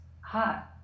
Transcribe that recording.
hot